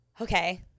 okay